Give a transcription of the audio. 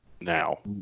now